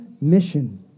mission